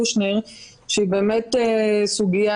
ואני באמת חושב שהיה